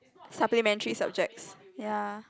supplementary subjects ya